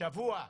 שבוע,